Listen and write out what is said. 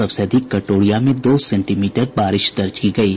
सबसे अधिक कटौरिया में दो सेंटीमीटर बारिश दर्ज की गयी